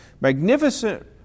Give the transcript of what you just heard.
magnificent